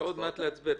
עוד מעט להצביע,